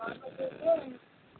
నార్మల్గా అయితే